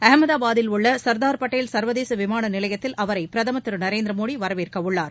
அகமதாபாத்தில் உள்ள சர்தார் பட்டேல் சர்வதேச விமான நிலையத்தில் அவரை பிரதமர் திரு நரேந்திரமோடி வரவேற்கவுள்ளார்